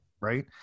Right